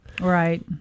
Right